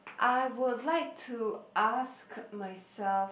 I would like to ask myself